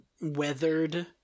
weathered